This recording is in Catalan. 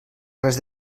res